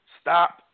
stop